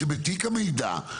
שבתיק המידע,